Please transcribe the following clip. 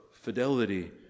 fidelity